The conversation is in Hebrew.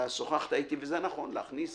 אתה שוחחת איתי, וזה נכון, להכניס